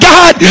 God